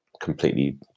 completely